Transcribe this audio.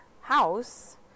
house